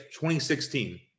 2016